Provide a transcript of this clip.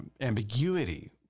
ambiguity